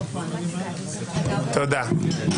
תודה.